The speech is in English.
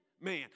man